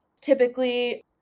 typically